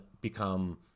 become